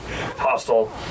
Hostile